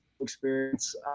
experience